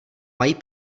mají